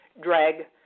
drag